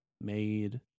made